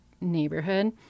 neighborhood